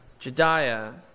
Jediah